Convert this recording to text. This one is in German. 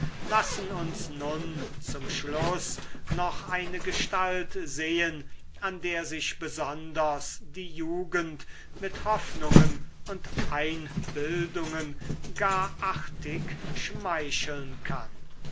lassen uns nun zum schluß noch eine gestalt sehen an der sich besonders die jugend mit hoffnungen und einbildungen gar artig schmeicheln kann